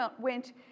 went